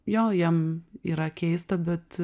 jo jiem yra keista bet